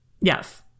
Yes